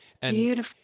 Beautiful